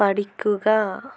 പഠിക്കുക